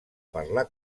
parlar